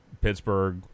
Pittsburgh